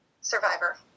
survivor